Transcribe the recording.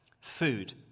Food